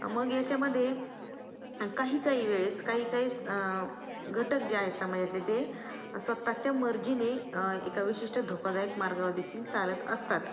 मग याच्यामध्ये काही काही वेळेस काही काही घटक जे आहे समाजातले ते स्वतःच्या मर्जीने एका विशिष्ट धोकादायक मार्गावर देखील चालत असतात